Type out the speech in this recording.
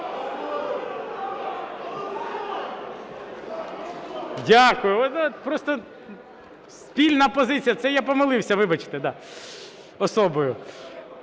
Дякую. Спільна позиція. Це я помилився, вибачте, особою.